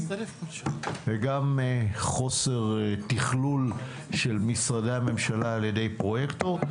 וגם חוסר תכלול של משרדי הממשלה על-ידי פרויקטור.